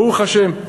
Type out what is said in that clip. ברוך השם,